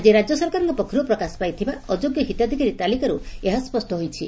ଆଜି ରାଜ୍ୟ ସରକାରଙ୍କ ପକ୍ଷରୁ ପ୍ରକାଶ ପାଇଥିବା ଅଯୋଗ୍ୟ ହିତାଧିକାରୀ ତାଲିକାରୁ ଏହା ସ୍ବଷ୍ ହୋଇଛି